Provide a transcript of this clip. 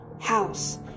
house